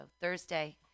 Thursday